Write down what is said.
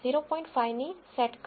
5 ની સેટ કરીશ